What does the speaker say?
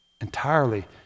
entirely